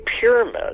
Pyramid